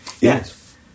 yes